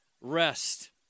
rest